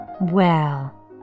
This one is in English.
Well